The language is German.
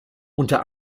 unter